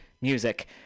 music